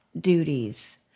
duties